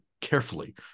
carefully